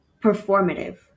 performative